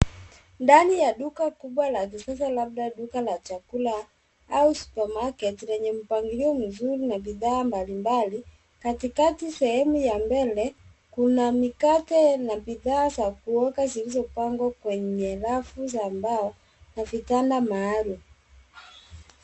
Ndani ya duka kubwa la kisasa labda duka la chakula au supermarket lenye mpangilio mzuri na bidhaa mbali mbali kati kati shemu ya mbele kuna mikate na bidhaa za kuoka zilizopangwa kwenye rafu za mbao na vitanda maalum.